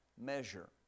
measure